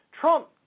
Trump